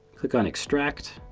click on extract.